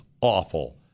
awful